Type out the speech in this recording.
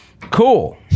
cool